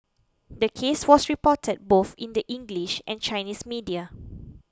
the case was reported both in the English and Chinese media